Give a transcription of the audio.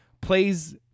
plays